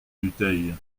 dutheil